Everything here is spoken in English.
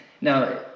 Now